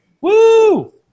Woo